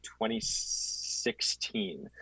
2016